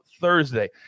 Thursday